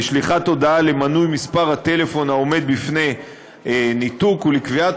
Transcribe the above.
לשליחת הודעה למנוי מספר הטלפון העומד בפני ניתוק ולקביעת